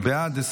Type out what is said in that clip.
בעד,